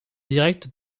direct